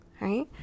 right